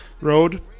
Road